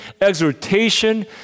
exhortation